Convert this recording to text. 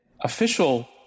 official